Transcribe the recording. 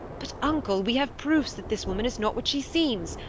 but, uncle, we have proofs that this woman is not what she seems.